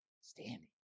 standing